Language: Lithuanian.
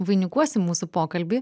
vainikuosim mūsų pokalbį